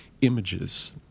images